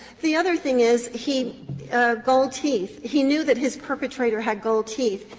the other thing is he gold teeth. he knew that his perpetrator had gold teeth.